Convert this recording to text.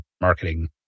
marketing